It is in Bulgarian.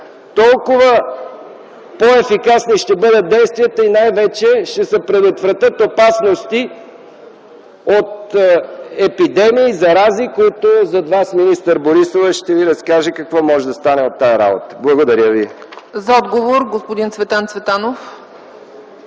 толкова по-ефикасни ще бъдат действията и най-вече ще се предотвратят опасности от епидемии и зарази. Зад Вас министър Борисова ще Ви разкаже какво може да стане от тази работа. Благодаря ви. ПРЕДСЕДАТЕЛ ЦЕЦКА ЦАЧЕВА: За отговор – господин Цветан Цветанов.